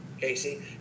casey